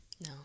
No